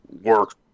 work